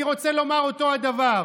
אני רוצה לומר אותו הדבר: